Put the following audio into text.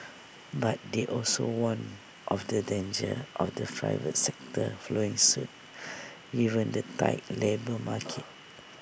but they also warned of the danger of the private sector following suit given the tight labour market